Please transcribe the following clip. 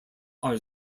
are